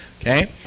Okay